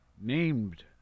Named